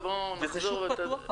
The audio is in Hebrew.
ובואו נחזור -- זה שוק פתוח,